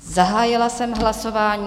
Zahájila jsem hlasování.